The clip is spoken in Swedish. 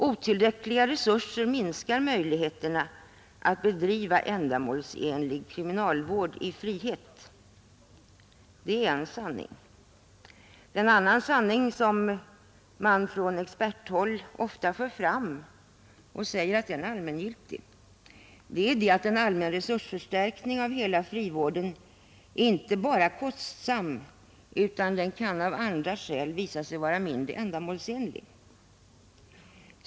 Otillräckliga resurser minskar möjligheterna att bedriva ändamålsenlig kriminalvård i frihet. Det är en sanning. En annan sanning som man från experthåll ofta för fram såsom allmängiltig är att en allmän resursförstärkning av hela frivården inte bara är kostsam utan av andra skäl kan visa sig vara mindre ändamålsenlig.